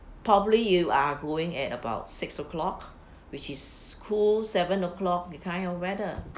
probably you are going at about six o'clock which is cool seven o'clock that kind of weather